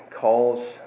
calls